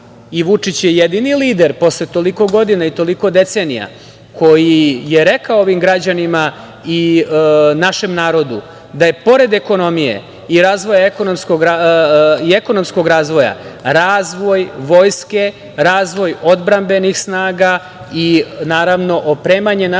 i Vučić je jedini lider posle toliko godina i toliko decenija koji je rekao ovim građanima i našem narodu da je, pored ekonomije i ekonomskog razvoja, razvoj vojske, razvoj odbrambenih snaga i opremanje naše